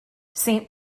saint